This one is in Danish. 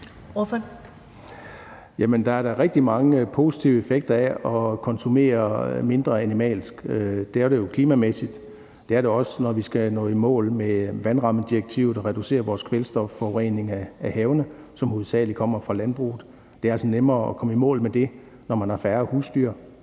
Der er da rigtig mange positive effekter af at konsumere mindre animalsk. Det er der jo klimamæssigt, og det er der også, når vi skal nå i mål med vandrammedirektivet og reducere vores kvælstofforurening af havene, som hovedsagelig kommer fra landbruget. Det er altså nemmere at komme i mål med det, når man har færre husdyr.